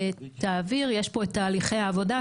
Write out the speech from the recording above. יש פה את תהליכי העבודה.